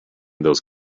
those